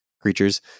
creatures